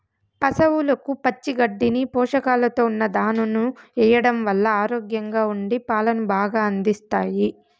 పసవులకు పచ్చి గడ్డిని, పోషకాలతో ఉన్న దానాను ఎయ్యడం వల్ల ఆరోగ్యంగా ఉండి పాలను బాగా అందిస్తాయి